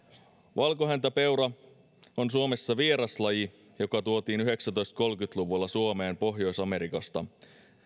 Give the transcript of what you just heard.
valkohäntäpeura on suomessa vieraslaji joka tuotiin tuhatyhdeksänsataakolmekymmentä luvulla suomeen pohjois amerikasta